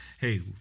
hey